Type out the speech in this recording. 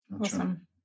Awesome